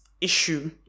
issue